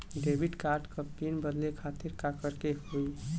Debit card क PIN बदले खातिर का करेके होई?